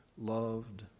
loved